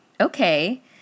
Okay